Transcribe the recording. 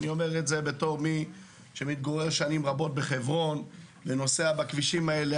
ואני אומר את זה בתור מי שמתגורר שנים רבות בחברון ונוסע בכבישים האלה,